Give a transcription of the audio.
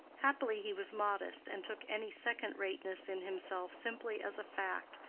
happily he was modest, and took any second-rateness in himself simply as a fact,